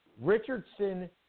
Richardson